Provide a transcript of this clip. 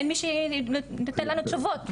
אין מישהו שייתן לנו תשובות ותגובות,